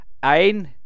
Ein